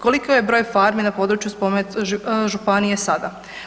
Koliko je broj farmi na području spomenute županije sada?